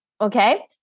Okay